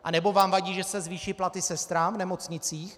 Anebo vám vadí, že se zvýší platy sestrám v nemocnicích?